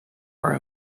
for